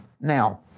Now